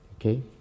Okay